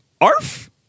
Arf